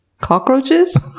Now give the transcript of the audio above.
cockroaches